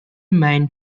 main